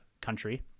country